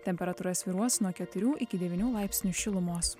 temperatūra svyruos nuo keturių iki devynių laipsnių šilumos